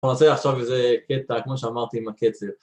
אנחנו נעשה עכשיו איזה קטע, כמו שאמרתי, עם הקצב.